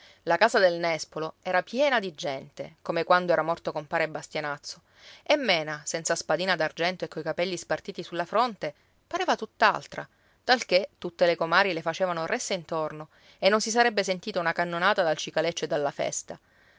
la casa del nespolo era piena di gente come quando era morto compare bastianazzo e mena senza spadina d'argento e coi capelli spartiti sulla fronte pareva tutt'altra talché tutte le comari le facevano ressa intorno e non si sarebbe sentita una cannonata dal cicaleccio e dalla festa